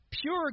pure